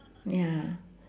ya